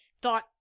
thought